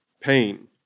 pain